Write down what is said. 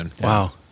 Wow